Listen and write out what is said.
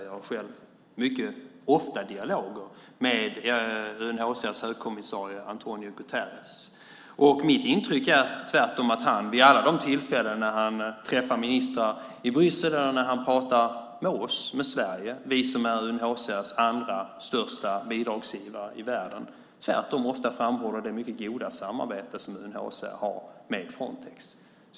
Jag har själv mycket ofta dialoger med UNHCR:s högkommissarie António Guterres. Mitt intryck är tvärtom att han vid de tillfällen när han träffar ministrar i Bryssel eller när han pratar med oss, med Sverige som är UNHCR:s allra största bidragsgivare i världen, ofta framhåller det mycket goda samarbete som UNHCR har med Frontex.